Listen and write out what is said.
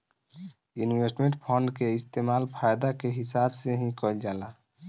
investment fund के इस्तेमाल फायदा के हिसाब से ही कईल जाला